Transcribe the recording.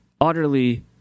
utterly